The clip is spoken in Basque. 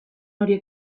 horiek